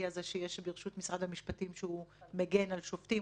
הזה שיש ברשות משרד המשפטים כשהוא מגן על שופטים,